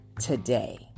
today